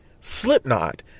Slipknot